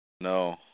No